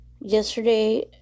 Yesterday